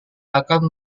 akan